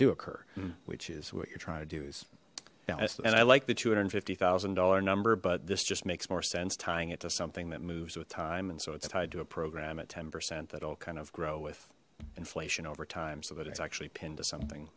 do occur which is what you're trying to do is yes and i like the two hundred and fifty thousand dollars number but this just makes more sense tying it to something that moves with time and so it's tied to a program at ten percent that'll kind of grow with inflation over time so that it's actually pinned to something